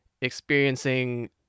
experiencing